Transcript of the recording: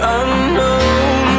unknown